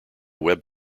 web